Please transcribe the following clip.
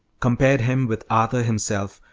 compared him with arthur himself,